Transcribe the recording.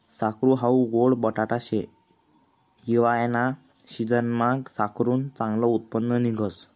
साकरू हाऊ गोड बटाटा शे, हिवायाना सिजनमा साकरुनं चांगलं उत्पन्न निंघस